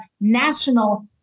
national